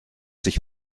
sich